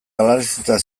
galarazita